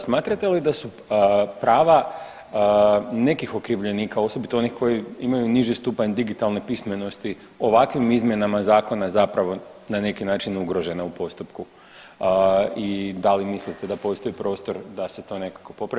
Smatrate li da su prava nekih okrivljenika, osobito onih koji imaju niži stupanj digitalne pismenosti, ovakvim izmjenama zakona zapravo na neki način, ugrožena u postupku i da li mislite da postoji prostor da se to nekako popravi?